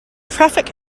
traffic